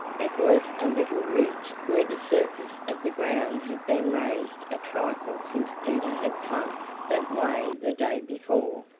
it was a little ridge where the surface of the ground had been raised a trifle since peter had passed that way the day before.